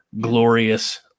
glorious